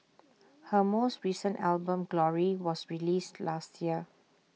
her most recent album glory was released last year